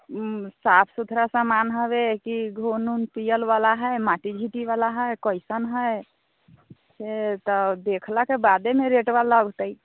साफ सुथरा सामान हबै कि घुन वुन पिअलवला हइ माटि झिटिवला हइ कइसन हइ से तऽ देखलाके बादे ने रेट भाव लगतै